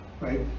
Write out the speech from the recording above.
right